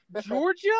Georgia